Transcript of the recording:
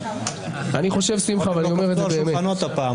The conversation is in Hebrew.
אני חושב שמחה, ואני אומר את זה באמת.